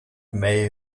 may